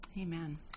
Amen